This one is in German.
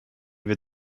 wir